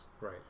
Right